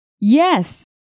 Yes